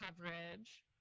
coverage